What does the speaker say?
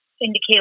indicate